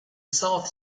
south